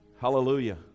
Hallelujah